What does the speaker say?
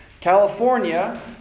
California